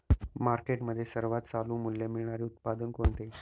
मार्केटमध्ये सर्वात चालू मूल्य मिळणारे उत्पादन कोणते?